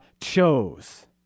chose